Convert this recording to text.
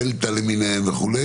דלתא וכו'.